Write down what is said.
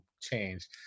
change